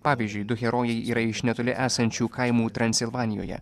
pavyzdžiui du herojai yra iš netoli esančių kaimų transilvanijoje